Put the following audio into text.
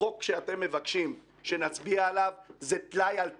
החוק שאתם מבקשים שנצביע עליו הוא טלאי על טלאי,